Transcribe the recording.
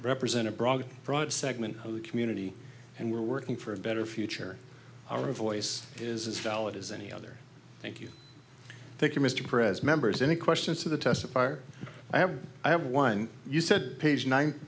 represent a broad broad segment of the community and we're working for a better future our voice is as valid as any other thank you thank you mr prez members any questions to the test fire i have i have one you said page nine